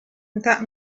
that